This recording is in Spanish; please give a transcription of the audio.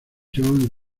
jean